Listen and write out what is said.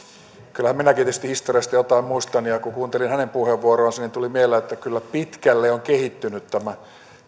kyllähän minäkin tietysti historiasta jotain muistan ja kun kuuntelin hänen puheenvuoroansa niin tuli mieleen että kyllä pitkälle on kehittynyt tämä